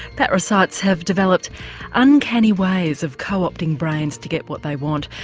parasites have developed uncanny ways of co-opting brains to get what they want.